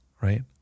right